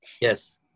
Yes